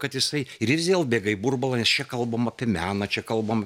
kad jisai ir jis vėl bėga į burbulą nes čia kalbam apie meną čia kalbam